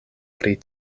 pri